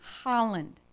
Holland